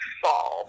fall